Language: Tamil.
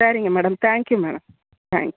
சரிங்க மேடம் தேங்க்யூ மேடம் தேங்க்யூ